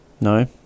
No